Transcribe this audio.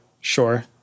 sure